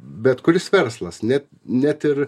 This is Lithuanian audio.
bet kuris verslas net net ir